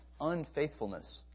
unfaithfulness